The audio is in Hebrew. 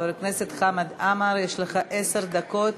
חבר הכנסת חמד עמאר, יש לך עשר דקות.